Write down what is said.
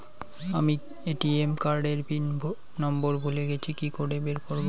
আমি ATM card এর PIN number ভুলে গেছি কি করে বের করব?